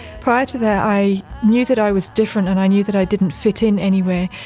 prior to that i knew that i was different and i knew that i didn't fit in anywhere.